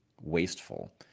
wasteful